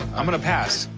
i'm going to pass.